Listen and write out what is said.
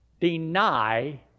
deny